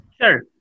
sure